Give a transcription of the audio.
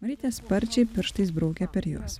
marytė sparčiai pirštais braukia per juos